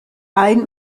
ein